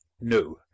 no